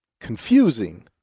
confusing